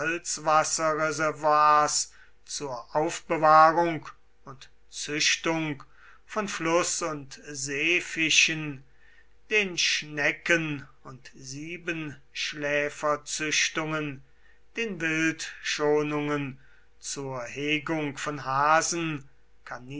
salzwasserreservoirs zur aufbewahrung und züchtung von fluß und seefischen den schnecken und siebenschläferzüchtungen den wildschonungen zur hegung von hasen